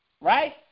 right